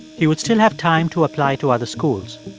he would still have time to apply to other schools.